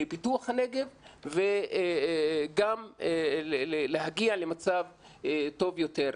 לפיתוח הנגב וגם להגיע למצב טוב יותר.